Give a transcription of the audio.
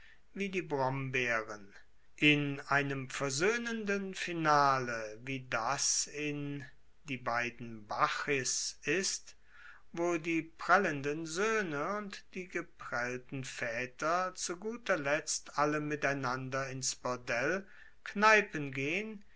wie die brombeeren in einem versoehnenden finale wie das in die beiden bacchis ist wo die prellenden soehne und die geprellten vaeter zu guter letzt alle miteinander ins bordell kneipen gehen